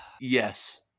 Yes